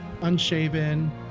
Unshaven